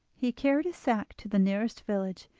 he carried his sack to the nearest village,